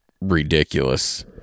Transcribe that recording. ridiculous